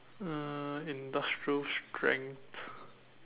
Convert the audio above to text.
uh industrial strength